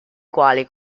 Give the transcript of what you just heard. quali